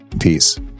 peace